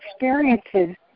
experiences